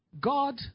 God